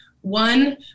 one